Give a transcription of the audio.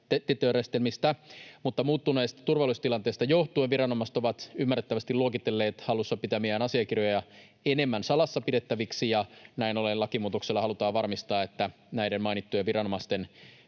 mutta muuttuneesta turvallisuustilanteesta johtuen viranomaiset ovat ymmärrettävästi luokitelleet hallussa pitämiään asiakirjoja enemmän salassa pidettäviksi, ja näin ollen lakimuutoksella halutaan varmistaa, että näiden mainittujen viranomaisten